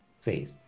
faith